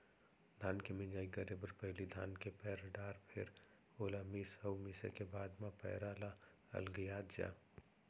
धान के मिंजई करे बर पहिली धान के पैर डार फेर ओला मीस अउ मिसे के बाद म पैरा ल अलगियात जा